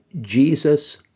Jesus